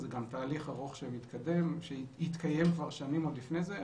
זה גם תהליך ארוך שהתקיים כבר שנים עוד לפני זה,